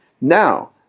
Now